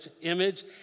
image